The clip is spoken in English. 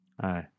Aye